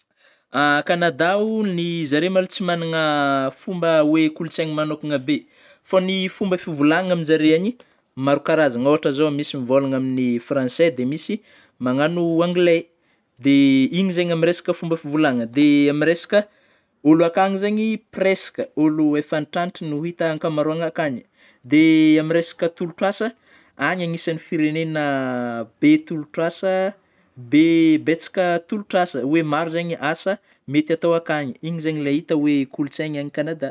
Kanada o ny- zare malo tsy magnana fomba hoe kolotsaigna manokana be fô ny fomba fivolagnana aminjareo any maro karazany ohatra zao misy mivôlgna amin'ny Français dia misy magnano Anglais dia igny zegny amin'ny resaka fomba fivolagna de amin'ny resaka ôlo akany zany presque ôlo efa antitrantitra no hita ankamaroany akany dia amin'ny resaka tolotro asa any agnisan'ny firenena be tolotro asa be- betsaka tolotro asa hoe maro zegny asa mety atao akany iny izegny ilay hita oe kolotsaigny any Canada.